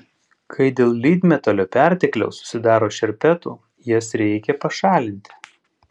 kai dėl lydmetalio pertekliaus susidaro šerpetų jas reikia pašalinti